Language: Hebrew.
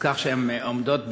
כך שהן עומדות בפנינו.